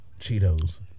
Cheetos